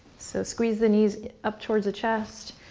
so squeeze the knees up towards the chest.